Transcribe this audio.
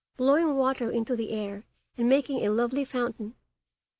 blowing water into the air and making a lovely fountain.